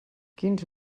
quins